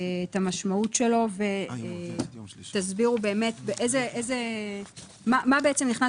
את המשמעות שלו ותסבירו באמת מה בעצם נכנס